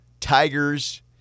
Tigers